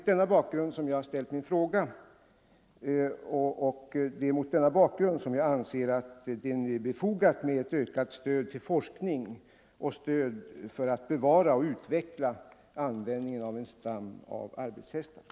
Det är mot denna bakgrund befogat med ökat stöd till forskning och andra åtgärder för att bevara och utveckla användningen av en stam av arbetshästar.